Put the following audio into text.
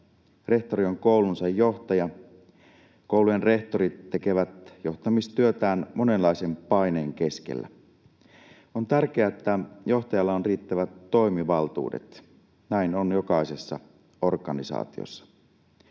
Rehtori on koulunsa johtaja. Koulujen rehtorit tekevät johtamistyötään monenlaisen paineen keskellä. On tärkeää, että johtajalla on riittävät toimivaltuudet. Näin on jokaisessa organisaatiossa.